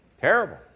Terrible